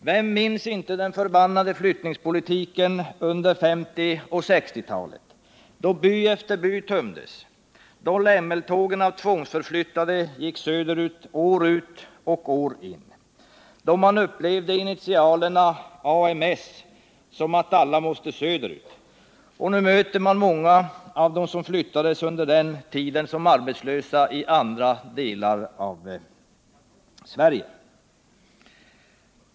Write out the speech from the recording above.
Vem minns inte den förbannade flyttningspolitiken under 1950 och 1960-talen, då by efter by tömdes, då lämmeltågen av tvångsförflyttade gick söderut år efter år, då man upplevde initialerna AMS som att alla måste söderut. Nu möter man många av dem som flyttades under den tiden som arbetslösa i andra delar av Sverige.